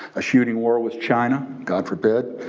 a shooting war with china, god forbid,